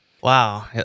Wow